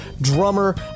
drummer